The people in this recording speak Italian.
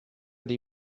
dei